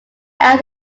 out